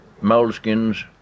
moleskins